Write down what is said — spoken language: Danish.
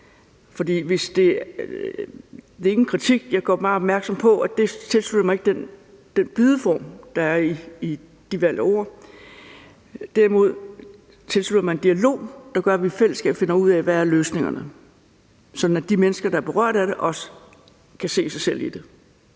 Det er ikke en kritik, men jeg gør bare opmærksom på, at jeg ikke tilslutter mig den bydeform, der er i de valg af ord. Derimod tilslutter jeg mig en dialog, der gør, at vi i fællesskab finder ud af, hvad løsningerne er, sådan at de mennesker, der er berørt af det, også kan se sig selv i det.